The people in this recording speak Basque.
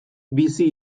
bizi